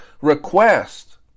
request